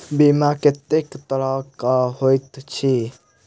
बीमा कत्तेक तरह कऽ होइत छी?